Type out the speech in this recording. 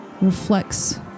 reflects